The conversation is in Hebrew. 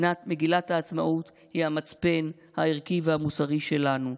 מגילת העצמאות היא המצפן הערכי והמוסרי שלנו.